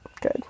Good